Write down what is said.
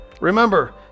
Remember